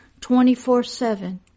24-7